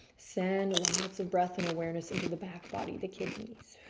send lots of breath and awareness into the back body, the kidneys.